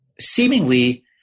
seemingly